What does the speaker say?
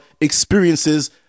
experiences